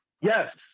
Yes